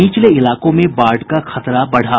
निचले इलाकों में बाढ़ का खतरा बढ़ा